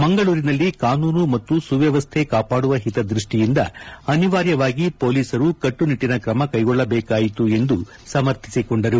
ಮಂಗಳೂರಿನಲ್ಲಿ ಕಾನೂನು ಮತ್ತು ಸುವ್ವವಸ್ಥೆ ಕಾಪಾಡುವ ಹಿತದೃಷ್ಷಿಯಿಂದ ಅನಿವಾರ್ಯವಾಗಿ ಪೋಲೀಸರು ಕಟ್ಟುನಿಟ್ಟನ ತ್ರಮಕ್ಕೆಗೊಳ್ಳಬೇಕಾಯಿತು ಎಂದು ಸಮರ್ಥಿಸಿಕೊಂಡರು